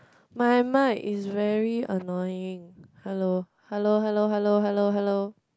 my mic is very annoying hello hello hello hello hello hello